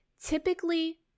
typically